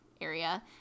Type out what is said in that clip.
area